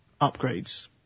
upgrades